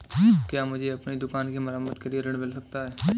क्या मुझे अपनी दुकान की मरम्मत के लिए ऋण मिल सकता है?